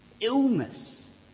illness